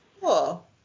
cool